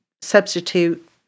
substitute